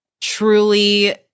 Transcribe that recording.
truly